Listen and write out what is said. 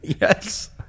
yes